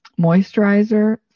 moisturizer